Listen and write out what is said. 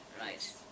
right